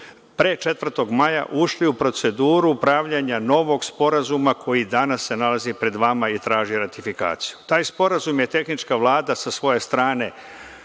pre 4. maja ušli u proceduru pravljenja novog sporazuma koji se danas nalazi pred vama i traži ratifikaciju. Taj sporazum je tehnička Vlada sa svoje strane